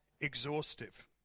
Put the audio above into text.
exhaustive